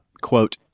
quote-